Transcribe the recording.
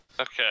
okay